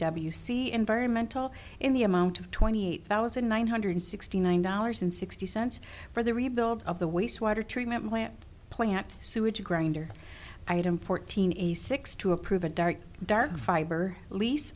c environmental in the amount of twenty eight thousand nine hundred sixty nine dollars and sixty cents for the rebuild of the wastewater treatment plant plant sewage grinder item fourteen a six to approve a dark dark fiber lease